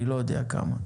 אני לא יודע כמה.